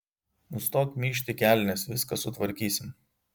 nustok myžt į kelnes viską sutvarkysim